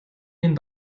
ийн